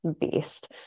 beast